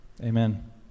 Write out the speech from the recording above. Amen